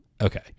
Okay